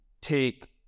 take